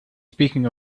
speaking